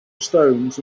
stones